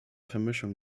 vermischung